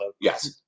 Yes